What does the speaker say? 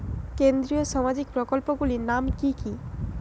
কেন্দ্রীয় সামাজিক প্রকল্পগুলি নাম কি কি?